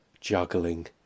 juggling